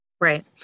Right